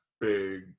big